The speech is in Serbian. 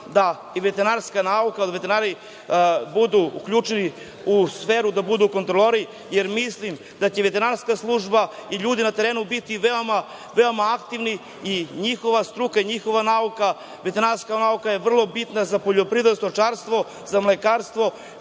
da i veterinarska nauka, veterinari budu uključeni u sferu, da budu kontrolori, jer mislim da će veterinarska služba i ljudi na terenu biti veoma aktivni i njihova struka i njihova nauka. Veterinarska nauka je vrlo bitna za poljoprivredu, stočarstvo, mlekarstvo,